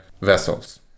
vessels